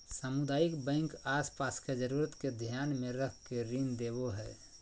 सामुदायिक बैंक आस पास के जरूरत के ध्यान मे रख के ऋण देवो हय